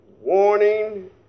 warning